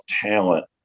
talent